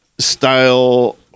style